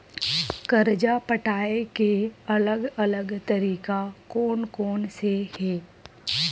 कर्जा पटाये के अलग अलग तरीका कोन कोन से हे?